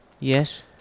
Yes